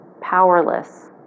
powerless